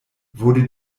wurde